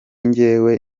njyewe